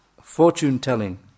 fortune-telling